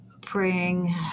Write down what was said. praying